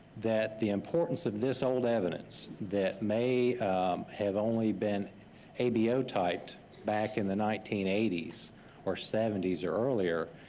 that the importance of this old evidence that may have only been abo typed back in the nineteen eighty s or seventy s or earlier,